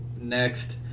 next